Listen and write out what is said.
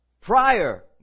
prior